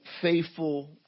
faithful